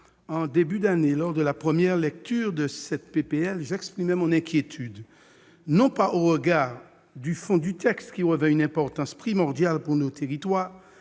en début d'année, lors de la première lecture de cette proposition de loi, j'exprimais mon inquiétude, non pas au regard du fond du texte, qui revêt une importance primordiale pour nos territoires,